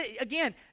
again